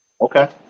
Okay